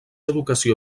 educació